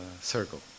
circle